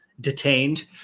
detained